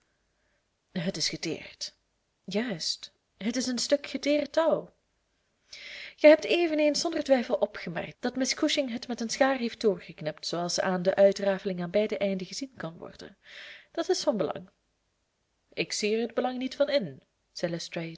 het is geteerd juist het is een stuk geteerd touw gij hebt eveneens zonder twijfel opgemerkt dat miss cushing het met een schaar heeft doorgeknipt zooals aan de uitrafeling aan beide einden gezien kan worden dit is van belang ik zie hier het belang niet van in zei